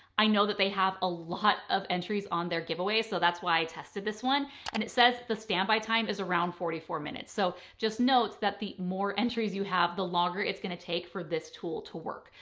i know that they have a lot of entries on their giveaways, so that's why i tested this one and it says the standby time is around forty four minutes. so just note that the more entries you have, the longer it's going to take for this tool to work.